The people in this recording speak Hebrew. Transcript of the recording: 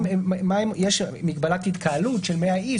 יש מגבלת התקהלות של 100 איש,